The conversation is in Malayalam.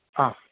ആ